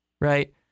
right